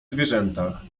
zwierzętach